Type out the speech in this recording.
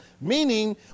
meaning